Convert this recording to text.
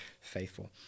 faithful